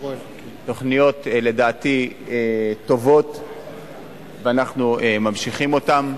תוכניות טובות לדעתי, ואנחנו ממשיכים אותן.